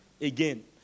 again